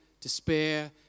despair